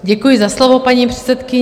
Děkuji za slovo, paní předsedkyně.